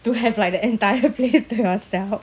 to have like the entire place to yourself